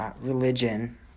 Religion